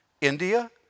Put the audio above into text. India